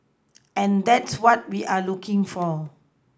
and that's what we are looking for